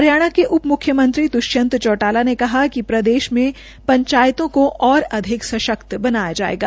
हरियाणा के उप मुख्यमंत्री द्वष्यंत चौटाला ने कहा है कि प्रदेश में पंचायतों को और अधिक सशक्त बनाया जायेगा